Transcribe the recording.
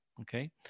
Okay